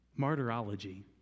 Martyrology